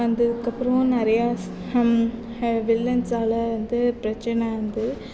வந்ததுக்கப்புறம் நிறைய வில்லன்ஸ்சால் வந்து பிரச்சின வந்து